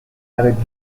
avec